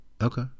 Okay